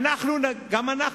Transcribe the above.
גם אנחנו.